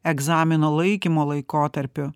egzamino laikymo laikotarpiu